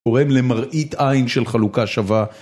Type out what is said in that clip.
קוראים למראית עין של חלוקה שווה